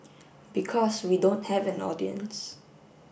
because we don't have an audience